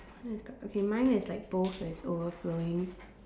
what is that okay mine is like both is overflowing